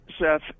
Seth